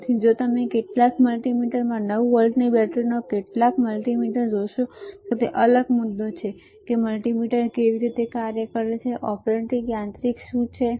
તેથી જો તમે કેટલાક મલ્ટિમીટરમાં 9 વોલ્ટની બેટરીમાં કેટલાક મલ્ટિમીટર જોશો તો તે અલગ છે મુદ્દો એ છે કે મલ્ટિમીટર કેવી રીતે કાર્ય કરે છે તે ઓપરેટિંગ યાંત્રિક શું છે